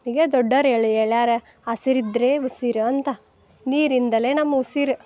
ಹೀಗೆ ದೊಡ್ಡವ್ರು ಹೇಳಿ ಹೇಳ್ಯಾರ ಹಸಿರಿದ್ದರೆ ಉಸಿರು ಅಂತ ನೀರಿಂದಲೇ ನಮ್ಮ ಉಸಿರು